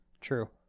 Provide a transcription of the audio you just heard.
True